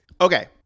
Okay